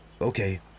okay